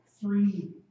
three